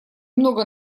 много